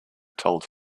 told